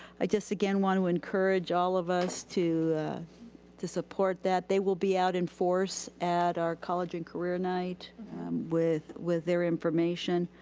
i just again want to encourage all of us to to support that. they will be out in force at our college and career night with with their information.